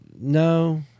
no